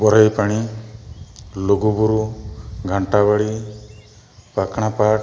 ᱵᱚᱨᱟᱭ ᱯᱟᱲᱤ ᱞᱩᱜᱩᱵᱩᱨᱩ ᱜᱷᱟᱱᱴᱟ ᱵᱟᱲᱤ ᱯᱚᱠᱱᱟ ᱯᱟᱴ